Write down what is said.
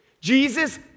Jesus